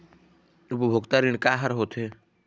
उपभोक्ता ऋण का का हर होथे?